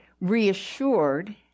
reassured